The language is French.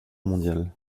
mondiale